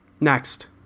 Next